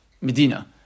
Medina